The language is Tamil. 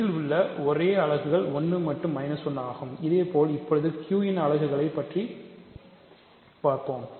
Z இல் உள்ள ஒரே அலகுகள் 1 மற்றும் 1 ஆகும் இதேபோல் இப்போது Q ன் அலகுகளைப் பற்றி பார்ப்போம்